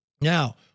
Now